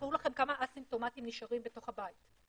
ותתארו לכם כמה אסימפטומטיים נשארים בתוך הבית.